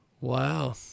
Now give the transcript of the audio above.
Wow